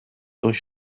durch